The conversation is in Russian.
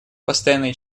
постоянные